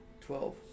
Twelve